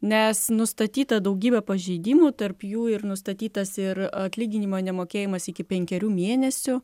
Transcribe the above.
nes nustatyta daugybė pažeidimų tarp jų ir nustatytas ir atlyginimo nemokėjimas iki penkerių mėnesių